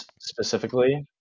specifically